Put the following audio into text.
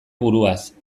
buruaz